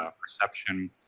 ah perception,